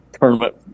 Tournament